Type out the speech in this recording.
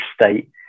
state